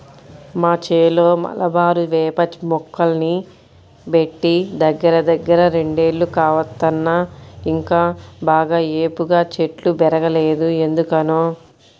మా చేలో మలబారు వేప మొక్కల్ని బెట్టి దగ్గరదగ్గర రెండేళ్లు కావత్తన్నా ఇంకా బాగా ఏపుగా చెట్లు బెరగలేదు ఎందుకనో